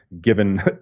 given